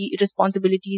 responsibilities